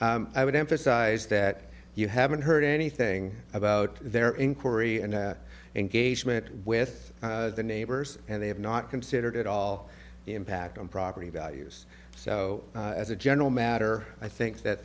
to i would emphasize that you haven't heard anything about their inquiry and engagement with the neighbors and they have not considered at all the impact on property values so as a general matter i think that